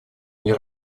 вне